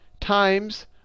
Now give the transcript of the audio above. Times